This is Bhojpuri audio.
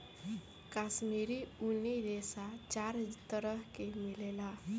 काश्मीरी ऊनी रेशा चार तरह के मिलेला